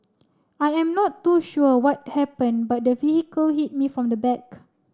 I am not too sure what happened but the vehicle hit me from the back